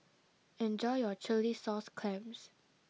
enjoy your Chilli Sauce Clams